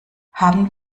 haben